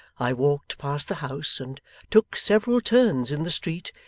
i walked past the house, and took several turns in the street,